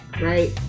right